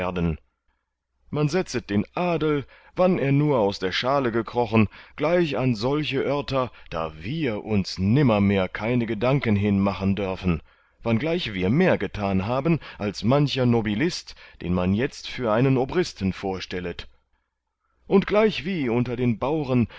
man setzet den adel wann er nur aus der schale gekrochen gleich an solche örter da wir uns nimmermehr keine gedanken hin machen dörfen wanngleich wir mehr getan haben als mancher nobilist den man jetzt für einen obristen vorstellet und gleichwie unter den